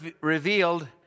revealed